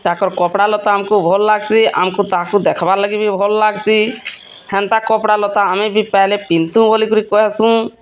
ତାକର୍ କପଡ଼ା ଲତା ଆମକୁ ଭଲ୍ ଲାଗସି ଆମକୁ ତାହାକୁ ଦେଖବା ଲାଗି ବି ଭଲ୍ ଲାଗସି ହେନ୍ତା କପଡ଼ା ଲତା ଆମେ ବି ପାଏଲେ ପିନ୍ଧତୁ ବୋଲି କରି କହେସୁଁ